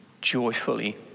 joyfully